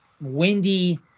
windy